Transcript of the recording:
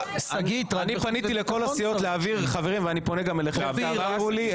אני פניתי לכל הסיעות ואני פונה גם אליכם --- אופיר,